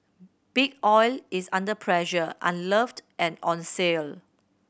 Big Oil is under pressure unloved and on sale